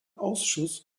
ausschuss